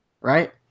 right